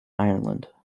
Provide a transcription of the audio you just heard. ireland